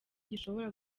gishobora